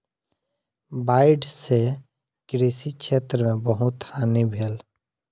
बाइढ़ सॅ कृषि क्षेत्र में बहुत हानि भेल